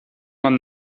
man